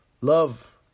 Love